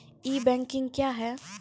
ई banking क्या हैं?